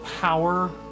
power